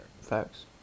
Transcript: Facts